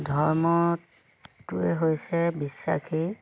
ধৰ্মটোৱে হৈছে বিশ্বাসী